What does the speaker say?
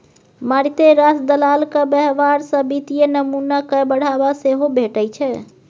मारिते रास दलालक व्यवहार सँ वित्तीय नमूना कए बढ़ावा सेहो भेटै छै